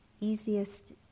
easiest